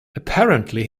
apparently